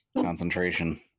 concentration